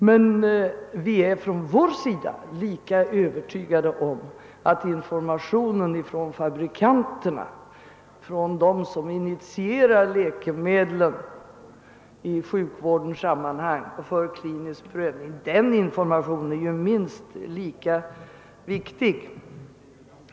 Men vi är på vår sida lika övertygade om att informationen från fabrikanterna, alltså från dem som initierar läkemedlen i sjukvårdssammanhang och för klinisk prövning, är minst lika viktig.